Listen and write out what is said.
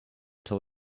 till